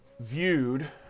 viewed